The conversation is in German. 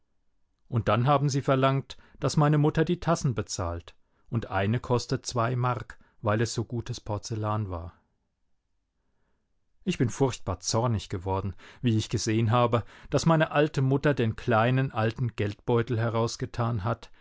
und dann haben sie verlangt daß meine mutter die tassen bezahlt und eine kostet zwei mark weil es so gutes porzellan war ich bin furchtbar zornig geworden wie ich gesehen habe daß meine alte mutter den kleinen alten geldbeutel herausgetan hat